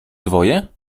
dwoje